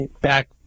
back